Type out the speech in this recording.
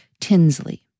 Tinsley